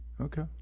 Okay